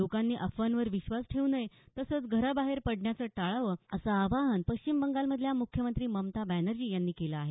लोकांनी अफवांवर विश्वास ठेवू नये तसेच घराबाहेर पडण्याचे टाळावे असे आवाहन पश्चिम बंगालच्या मुख्यमंत्री ममता बॅनर्जी यांनी केले आहे